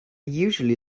usually